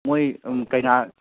ꯃꯣꯏ ꯀꯩꯅꯥ